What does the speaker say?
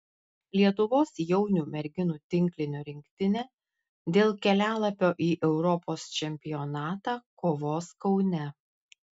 lietuvos jaunių merginų tinklinio rinktinė dėl kelialapio į europos čempionatą kovos kaune